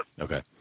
Okay